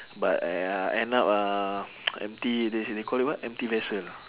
but !aiya! end up ah empty they say they call it what empty vessel